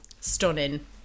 stunning